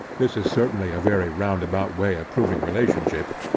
this is certainly a very round-about way of proving relationship,